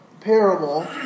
parable